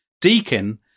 Deacon